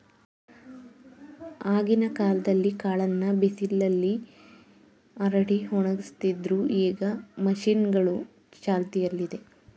ಆಗಿನ ಕಾಲ್ದಲ್ಲೀ ಕಾಳನ್ನ ಬಿಸಿಲ್ನಲ್ಲಿ ಹರಡಿ ಒಣಗಿಸ್ತಿದ್ರು ಈಗ ಮಷೀನ್ಗಳೂ ಚಾಲ್ತಿಯಲ್ಲಿದೆ